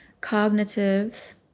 Cognitive